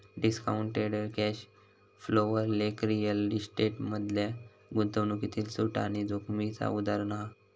discounted cash flow वर लेख real estate मधल्या गुंतवणूकीतील सूट आणि जोखीमेचा उदाहरण हा